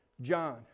John